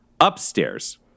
Upstairs